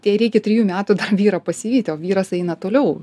jai reikia trijų metų dar vyrą pasivyti o vyras eina toliau